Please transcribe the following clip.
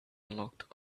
locked